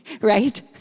Right